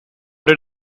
did